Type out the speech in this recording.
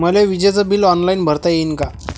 मले विजेच bill online भरता येईन का?